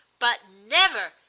but never,